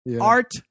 Art